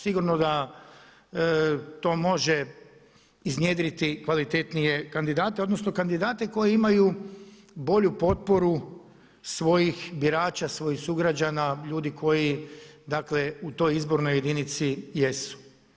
Sigurno da to može iznjedriti kvalitetnije kandidate odnosno kandidate koji imaju bolju potporu svojih birača, svojih sugrađana, ljudi koji dakle u toj izbornoj jedinici jesu.